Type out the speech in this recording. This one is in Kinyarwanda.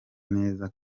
neza